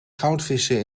goudvissen